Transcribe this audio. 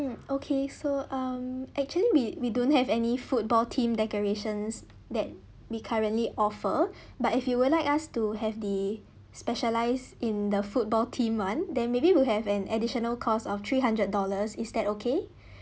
mm okay so um actually we we don't have any football theme decorations that we currently offer but if you would like us to have the specialize in the football theme one then maybe will have an additional cost of three hundred dollars is that okay